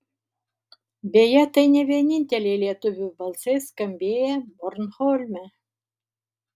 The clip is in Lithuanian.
beje tai ne vieninteliai lietuvių balsai skambėję bornholme